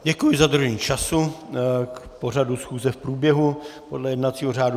Děkuji za dodržení času k pořadu schůze v průběhu podle jednacího řádu.